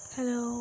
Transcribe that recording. Hello